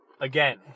again